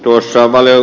arvoisa puhemies